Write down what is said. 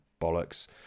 bollocks